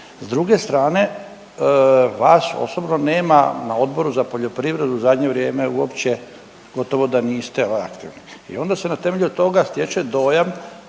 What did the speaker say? S druge strane vas osobno nema na Odboru za poljoprivredu, u zadnje vrijeme uopće gotovo da niste aktivni i onda se na temelju toga stječe dojam